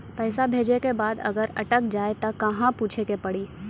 पैसा भेजै के बाद अगर अटक जाए ता कहां पूछे के पड़ी?